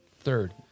Third